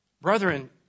brethren